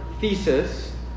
thesis